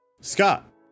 Scott